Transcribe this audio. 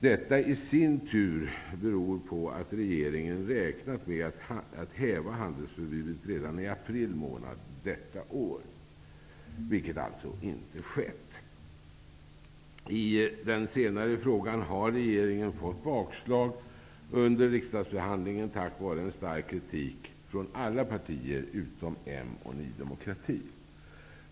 Detta i sin tur beror på att regeringen räknat med att häva handelsförbudet redan under april månad detta år, vilket alltså inte skett. I den senare frågan har regeringen fått bakslag under riksdagsbehandlingen tack vare en stark kritik från alla partier utom Moderata samlingspartiet och Ny demokrati.